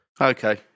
Okay